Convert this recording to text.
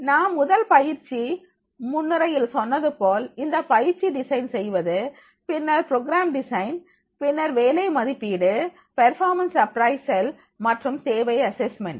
நாம் முதல் பயிற்சி முன்னுரையில் சொன்னதுபோல் இந்த பயிற்சி டிசைன் செய்வது பின்னர் ப்ரோக்ராம் டிசைன் பின்னர் வேலை மதிப்பீடு பெர்ஃபார்மன்ஸ் அப்ரைசல் மற்றும் தேவை அசஸ்மெண்ட்